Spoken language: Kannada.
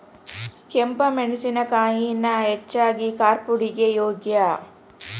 ಕೆಂಪ ಮೆಣಸಿನಕಾಯಿನ ಹೆಚ್ಚಾಗಿ ಕಾರ್ಪುಡಿಗೆ ಯೋಗ್ಯ